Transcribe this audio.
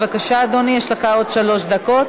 בבקשה, אדוני, יש לך עוד שלוש דקות.